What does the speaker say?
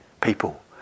people